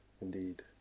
indeed